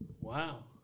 Wow